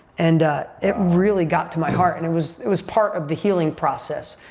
and it really got to my heart and it was it was part of the healing process.